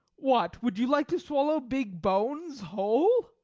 what, would you like to swallow big bones whole?